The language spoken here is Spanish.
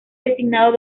designado